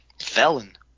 felon